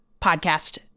podcast